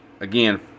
Again